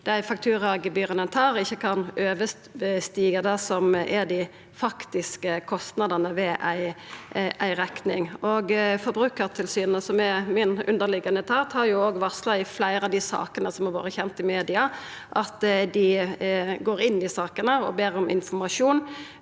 fakturagebyra ein tar, ikkje kan overstiga det som er dei faktiske kostnadene ved ei rekning. Forbrukartilsynet, som er min underliggjande etat, har i fleire av dei sakene som har vorte kjende i media, varsla at dei går inn i sakene og ber om informasjon